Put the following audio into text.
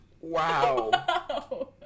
Wow